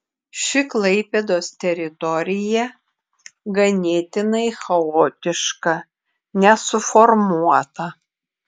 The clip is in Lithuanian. ši klaipėdos teritorija ganėtinai chaotiška nesuformuota